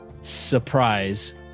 surprise